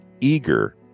eager